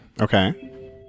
Okay